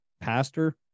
pastor